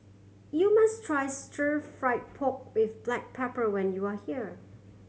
you must try Stir Fried Pork With Black Pepper when you are here